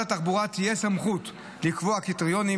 התחבורה תהיה סמכות לקבוע קריטריונים,